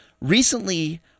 recently